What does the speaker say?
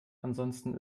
ansonsten